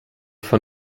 von